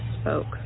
spoke